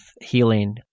healing